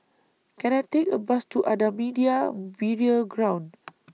Can I Take A Bus to Ahmadiyya Burial Ground